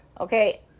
Okay